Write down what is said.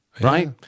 Right